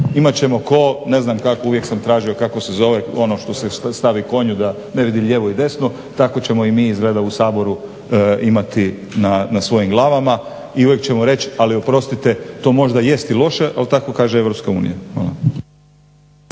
ćemo ko, ne znam kakvu, uvijek sam tražio kako se zove ono što se stavi konju da ne vidim ni lijevo i desno, tako ćemo i mi izgleda u Saboru imati na svojim glavama. I uvijek ćemo reći ali oprostite, to možda i jest loše ali tako kaže Europska unija.